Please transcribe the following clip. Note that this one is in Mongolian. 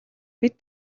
бид